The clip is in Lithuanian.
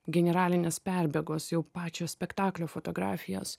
generalinės perbėgos jau pačio spektaklio fotografijos